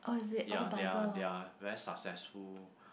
ya they are they are very successful